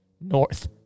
North